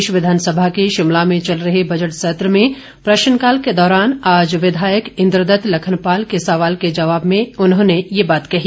प्रदेश विधानसभा के शिमला में चल रहे बजट सत्र में प्रश्नकाल के दौरान आज विधायक इंद्रदत्त लखनपाल के सवाल के जवाब में ये बात कही